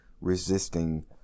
resisting